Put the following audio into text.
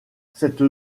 cette